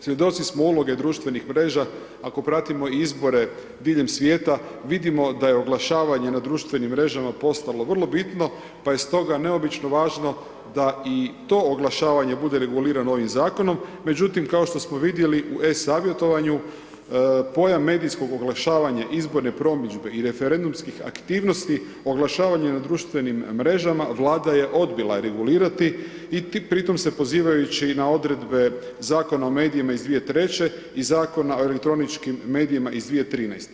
Svjedoci smo uloge društvenih mreža ako pratimo izbore diljem svijeta, vidimo da je oglašavanje na društvenim mrežama postalo vrlo bitno pa je stoga neobično važno da i to oglašavanje bude regulirano ovim zakonom međutim kao što smo vidjeli u e-savjetovanju, pojam medijskog oglašavanja izborne promidžbe i referendumskih aktivnosti, oglašavanje na društvenim mrežama, Vlada je odbila regulirati i pritom se pozivajući na odredbe Zakona o medijima iz 2003. i Zakona o elektroničkim medijima iz 2013.